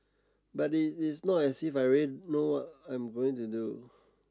but it it's not as if I really know what I'm going to do